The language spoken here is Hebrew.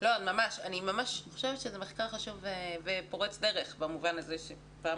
אני חושבת שזה מחקר חשוב ופורץ דרך במובן הזה שפעם